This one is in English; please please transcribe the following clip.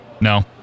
No